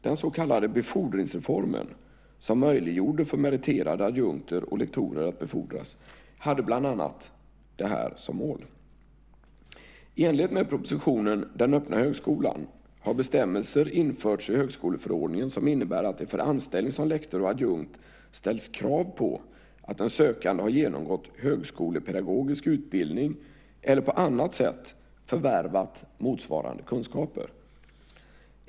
Den så kallade befordringsreformen som möjliggjorde för meriterade adjunkter och lektorer att befordras hade bland annat detta som mål. I enlighet med propositionen Den öppna högskolan har bestämmelser införts i högskoleförordningen som innebär att det för anställning som lektor och adjunkt ställs krav på att den sökande har genomgått högskolepedagogisk utbildning eller på annat sätt förvärvat motsvarande kunskaper.